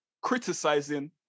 Criticizing